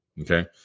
okay